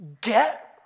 get